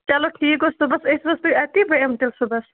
چلو ٹھیٖک حظ چھُ صُبَحس ٲسوٕ حظ تُہۍ اَتہِ بہٕ یِمہِ تیٚلہِ صُبَحس